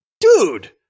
Dude